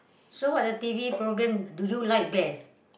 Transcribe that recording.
so what the t_v programme do you like best